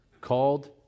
called